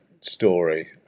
story